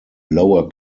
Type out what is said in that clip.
lower